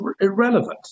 irrelevant